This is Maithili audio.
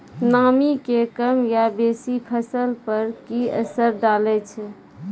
नामी के कम या बेसी फसल पर की असर डाले छै?